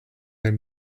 had